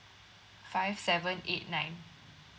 five seven eight nine